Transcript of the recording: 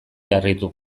harritu